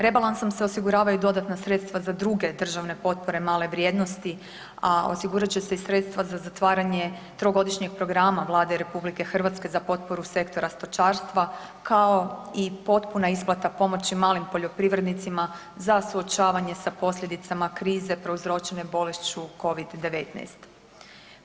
Rebalansom se osiguravaju dodatna sredstva za druge državne potpore male vrijednosti, a osigurat će se i sredstva za zatvaranje trogodišnjeg programa Vlade RH za potporu sektora stočarstva kao i potpuna isplata pomoći malim poljoprivrednicima za suočavanje sa posljedicama krize prouzročene bolešću covid-19.